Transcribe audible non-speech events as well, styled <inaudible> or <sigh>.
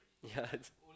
yeah that's <laughs>